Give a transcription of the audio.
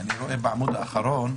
ואני רואה בעמוד האחרון,